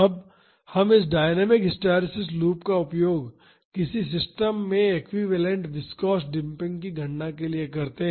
अब हम इस डायनामिक हिस्टैरिसीस लूप का उपयोग किसी सिस्टम में एक्विवैलेन्ट विस्कॉस डेम्पिंग की गणना के लिए करते हैं